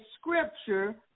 Scripture